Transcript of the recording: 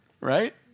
Right